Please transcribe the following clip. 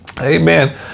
Amen